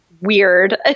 weird